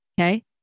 Okay